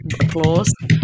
applause